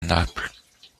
naples